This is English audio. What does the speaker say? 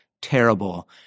terrible